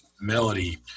melody